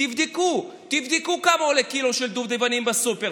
תבדקו, תבדקו כמה עולה קילו של דובדבנים בסופר.